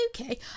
Okay